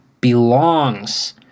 belongs